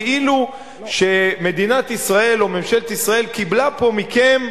כאילו שמדינת ישראל או ממשלת ישראל קיבלה מכם,